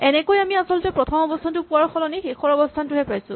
এনেকৈ আমি আচলতে প্ৰথম অৱস্হানটো পোৱাৰ সলনি শেষৰ অৱস্হানটোহে পাইছো